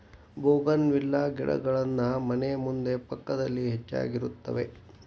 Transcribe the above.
bougainvillea ಗಿಡಗಳನ್ನಾ ಮನೆ ಮುಂದೆ ಪಕ್ಕದಲ್ಲಿ ಹೆಚ್ಚಾಗಿರುತ್ತವೆ